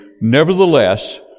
Nevertheless